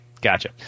Gotcha